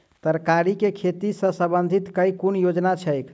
तरकारी केँ खेती सऽ संबंधित केँ कुन योजना छैक?